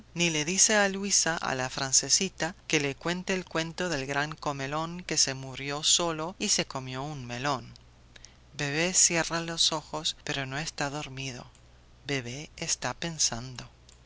ni le dice a luisa a la francesita que le cuente el cuento del gran comelón que se murió solo y se comió un melón bebé cierra los ojos pero no está dormido bebé está pensando